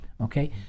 okay